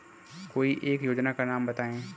कोई एक योजना का नाम बताएँ?